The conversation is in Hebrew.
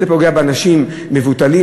שזה פוגע באנשים מובטלים,